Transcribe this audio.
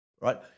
right